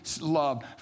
love